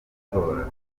gutora